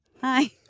Hi